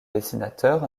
dessinateurs